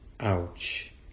ouch